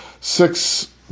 six